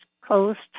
coast